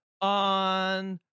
on